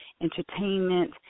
entertainment